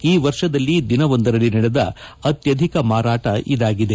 ಈ ವರ್ಷದಲ್ಲಿ ದಿನವೊಂದರಲ್ಲಿ ನಡೆದ ಅತ್ಯಧಿಕ ಮಾರಾಟ ಇದಾಗಿದೆ